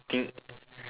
I think